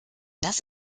das